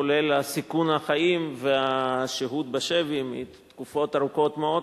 כולל סיכון החיים ושהות בשבי תקופות ארוכות מאוד,